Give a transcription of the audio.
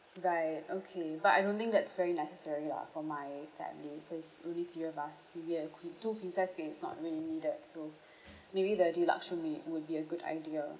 right okay but I don't think that's very necessary lah for my family cause only three of us maybe a queen two queen sized bed is not really needed so maybe the deluxe room be would be a good idea